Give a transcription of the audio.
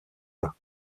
bas